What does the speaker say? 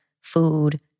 food